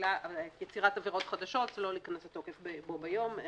יצירת עבירות חדשות לא להיכנס לתוקף בו ביום.